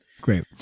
Great